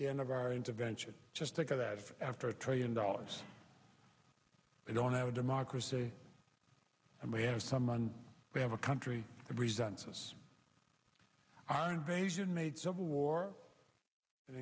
the end of our intervention just think of that after a trillion dollars we don't have a democracy and we have someone we have a country that reason says our invasion made civil war